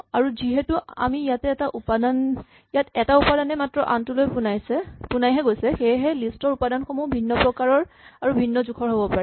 আৰু যিহেতু আমি ইয়াত এটা উপাদানে মাত্ৰ আনটোলৈ পোনাইহে গৈছে সেয়েহে লিষ্ট ৰ উপাদানসমূহ ভিন্ন প্ৰকাৰৰ আৰু ভিন্ন জোখৰ হ'ব পাৰে